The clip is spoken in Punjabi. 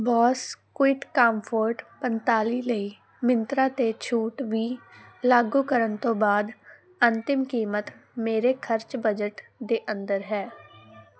ਬੋਸ ਕੁਈਟਕਾਮਫੋਰਟ ਪੰਤਾਲੀ ਲਈ ਮਿੰਤਰਾ 'ਤੇ ਛੂਟ ਵੀਹ ਲਾਗੂ ਕਰਨ ਤੋਂ ਬਾਅਦ ਅੰਤਿਮ ਕੀਮਤ ਮੇਰੇ ਖਰਚ ਬਜਟ ਦੇ ਅੰਦਰ ਹੈ